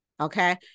Okay